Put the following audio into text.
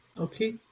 okay